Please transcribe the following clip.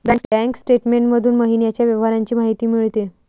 bank statement मधून महिन्याच्या व्यवहारांची माहिती मिळते